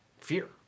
fear